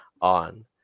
on